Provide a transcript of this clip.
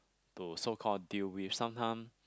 to so call deal with sometime